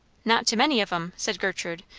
not to many of em! said gertrude,